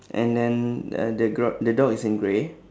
and then uh the gr~ the dog is in grey